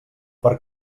per